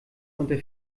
unter